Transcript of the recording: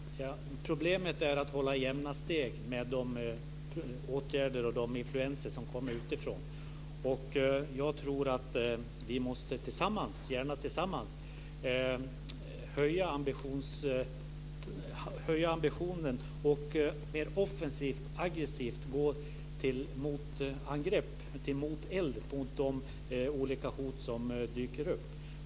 Fru talman! Problemet är att hålla jämna steg med åtgärderna och de influenser som kommer utifrån. Jag tror att vi måste, gärna tillsammans, höja ambitionen och mer offensivt och aggressivt gå till motangrepp, sätta in moteld mot de olika hot som dyker upp.